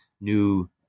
new